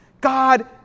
God